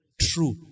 True